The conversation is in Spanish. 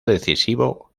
decisivo